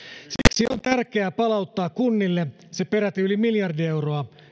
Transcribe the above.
siksi on tärkeää palauttaa kunnille se peräti yli miljardi euroa